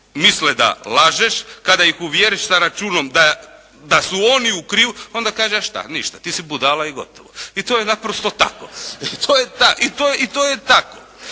Misle da lažeš. Kada ih uvjeriš sa računom da su oni u krivu onda kaže: A šta, ništa. Ti si budala i gotovo. I to je naprosto tako. To je, i to